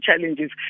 challenges